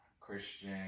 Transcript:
Christian